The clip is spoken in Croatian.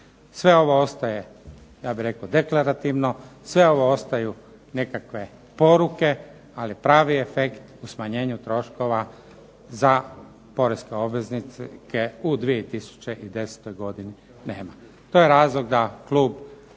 Sve ovo ostaje ja bih rekao deklarativno, sve ovo ostaju nekakve poruke, ali pravi efekt u smanjenju troškova za poreske obveznike u 2010. godini nema.